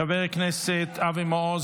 חבר הכנסת אבי מעוז,